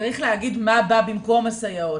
צריך להגיד מה בא במקום הסייעות.